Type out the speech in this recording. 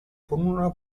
con